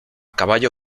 caballo